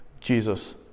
Jesus